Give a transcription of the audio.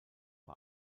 bei